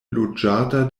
loĝata